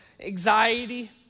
Anxiety